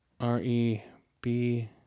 R-E-B